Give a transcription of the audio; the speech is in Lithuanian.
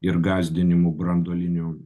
ir gąsdinimų branduoliniu